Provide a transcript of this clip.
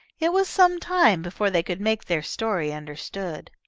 it was some time before they could make their story understood.